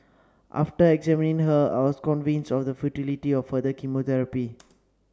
after examining her I was convinced of the futility of further chemotherapy